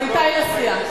עמיתי לסיעה,